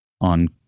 on